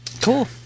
Cool